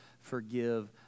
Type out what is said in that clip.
forgive